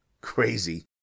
Crazy